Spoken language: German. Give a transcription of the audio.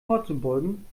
vorzubeugen